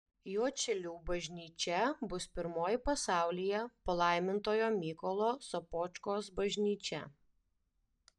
juodšilių bažnyčia bus pirmoji pasaulyje palaimintojo mykolo sopočkos bažnyčia